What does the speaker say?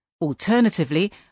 Alternatively